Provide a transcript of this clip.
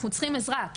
אנחנו צריכים עזרה.